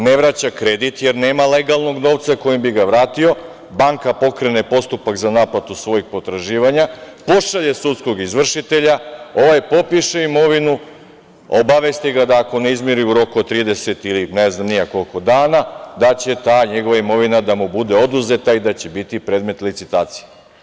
Ne vraća kredit, jer nema legalnog novca kojim bi ga vratio, banka pokrene postupak za naplatu svojih potraživanja, pošalje sudskog izvršitelja, ovaj popiše imovinu, obavesti ga da ako ne izmiri u roku od 30, ili ne znam ni ja koliko dana, da će ta njegova imovina da mu bude oduzeta i da će biti predmet licitacije.